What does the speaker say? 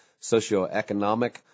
socioeconomic